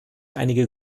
einige